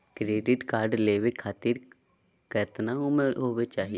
Credit card लेवे खातीर कतना उम्र होवे चाही?